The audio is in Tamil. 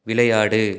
விளையாடு